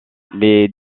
les